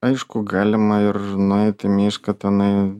aišku galima ir nueiti į mišką tenai